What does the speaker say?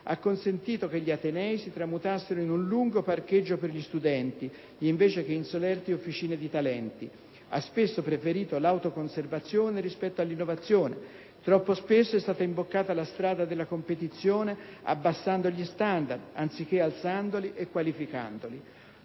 ha consentito che gli atenei si tramutassero in un lungo parcheggio per gli studenti, invece che in solerti officine di talenti; ha spesso preferito l'autoconservazione rispetto all'innovazione; troppo spesso è stata imboccata la strada della competizione con altri corsi d'insegnamento, con altri atenei,